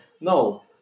No